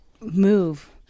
move